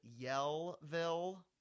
Yellville